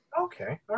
Okay